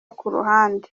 kuruhande